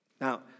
Now